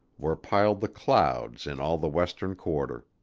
were piled the clouds in all the western quarter.